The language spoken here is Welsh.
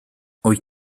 wyt